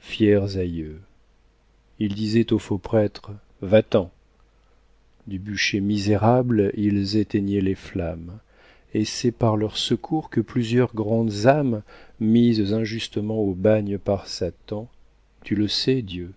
fiers aïeux ils disaient au faux prêtre va-t'en du bûcher misérable ils éteignaient les flammes et c'est par leur secours que plusieurs grandes âmes mises injustement au bagne par satan tu le sais dieu